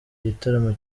gitaramo